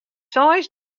seis